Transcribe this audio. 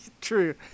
true